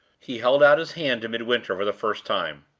he held out his hand to midwinter for the first time.